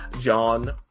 John